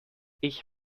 ich